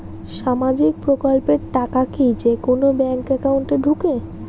সামাজিক প্রকল্পের টাকা কি যে কুনো ব্যাংক একাউন্টে ঢুকে?